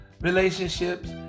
relationships